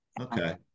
Okay